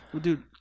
dude